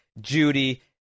Judy